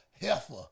Heifer